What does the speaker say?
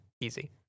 easy